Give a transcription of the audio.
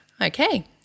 Okay